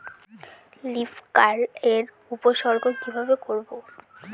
Leaf curl এর উপসর্গ কিভাবে করব?